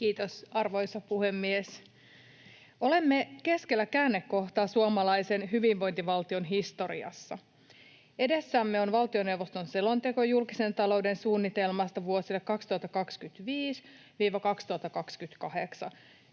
Kiitos, arvoisa puhemies! Olemme keskellä käännekohtaa suomalaisen hyvinvointivaltion historiassa. Edessämme on valtioneuvoston selonteko julkisen talouden suunnitelmasta vuosille 2025—2028,